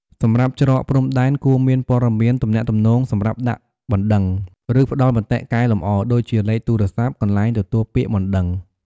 សម្រាប់ច្រកព្រំដែនគួរមានព័ត៌មានទំនាក់ទំនងសម្រាប់ដាក់បណ្តឹង ឬផ្តល់មតិកែលម្អ ដូចជាលេខទូរស័ព្ទ កន្លែងទទួលពាក្យបណ្តឹង។